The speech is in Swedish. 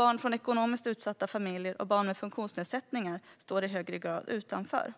Barn från ekonomiskt utsatta familjer och barn med funktionsnedsättningar står i högre grad utanför.